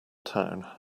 town